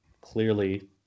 clearly